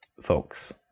folks